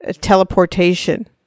teleportation